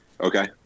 Okay